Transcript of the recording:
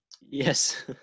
Yes